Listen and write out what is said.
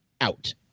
out